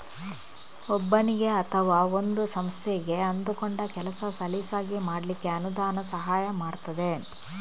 ಒಬ್ಬನಿಗೆ ಅಥವಾ ಒಂದು ಸಂಸ್ಥೆಗೆ ಅಂದುಕೊಂಡ ಕೆಲಸ ಸಲೀಸಾಗಿ ಮಾಡ್ಲಿಕ್ಕೆ ಅನುದಾನ ಸಹಾಯ ಮಾಡ್ತದೆ